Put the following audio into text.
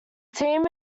team